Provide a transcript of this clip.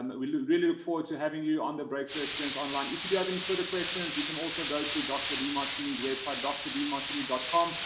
um we we really look forward to having you on the breakthrough experience online. if you do have any further questions, you can also go to dr. demartini's website, drdemartini but com.